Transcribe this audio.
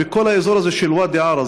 וכל האזור הזה של ואדי-עארה.